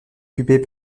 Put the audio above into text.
occupés